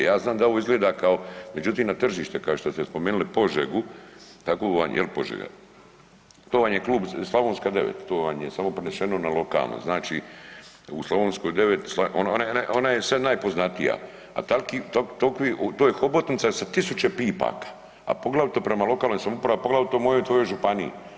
Ja znam da ovo izgleda kao, međutim na tržište kao što ste spomenuli Požegu, jel Požega, to vam je klub Slovonska 9, to vam je samo prenešeno na lokalno, znači u Slovenskoj 9 ona je sad najpoznatija, to je hobotnica sa tisuću pipaka, a poglavito prema lokalnoj samoupravi, a poglavito prema mojoj i tvojoj županiji.